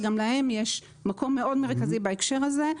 שגם להם יש מקום מאוד מרכזי בהקשר הזה,